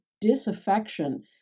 disaffection